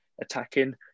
attacking